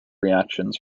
reactions